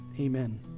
Amen